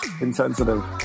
insensitive